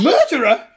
Murderer